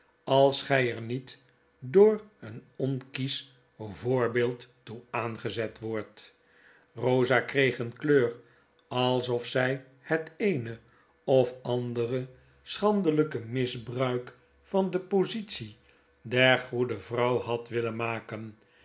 als gij er niet door een onkiesch voorbeeld toe aangezet wordt rosa kreeg een kleur alsof zij het eene of andere schandelyke misbruik van de positie der goede vrouw had willen maken